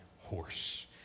horse